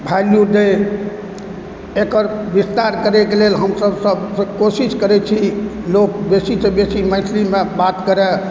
value दए एकर विस्तार करयके लेल हमसभ कोशिश करैत छी लोग बेसीसँ बेसी मैथिलीमे बात करय